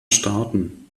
starten